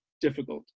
difficult